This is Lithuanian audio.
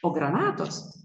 o granatos